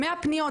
100 פניות,